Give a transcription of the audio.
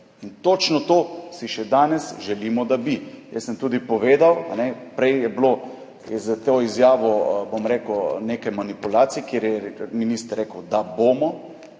In točno to si še danes želimo, da bi. Jaz sem tudi povedal, prej je bilo s to izjavo, bom rekel, nekaj manipulacij, da je minister rekel, da bomo,